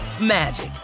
magic